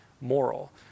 moral